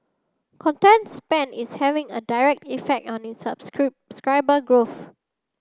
content spend is having a direct effect on its growth